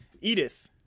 Edith